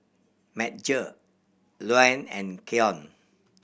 Madge Luann and Keyon